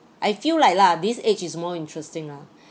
I feel like lah this age is more interesting ah